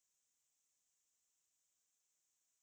they just do it and ya then